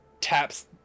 taps